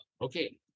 Okay